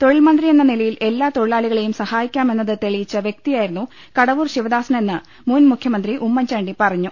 തൊഴിൽമന്ത്രിയെന്ന നിലയിൽ എല്ലാ തൊഴി ലാളികളെയും സഹായിക്കാമെന്നത് തെളിയിച്ചു വ്യക്തിയായിരുന്നു കടവൂർ ശിവദാസനെന്ന് മുൻമുഖ്യമന്ത്രി ഉമ്മൻച്ചാണ്ടി പറഞ്ഞു